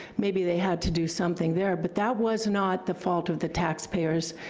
maybe they had to do something there, but that was not the fault of the taxpayers,